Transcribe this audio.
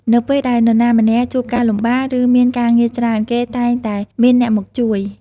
នៅពេលដែលនរណាម្នាក់ជួបការលំបាក ឬមានការងារច្រើន គេតែងតែមានអ្នកមកជួយ។